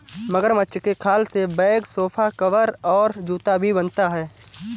मगरमच्छ के खाल से बैग सोफा कवर और जूता भी बनता है